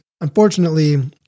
unfortunately